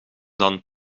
dan